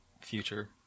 future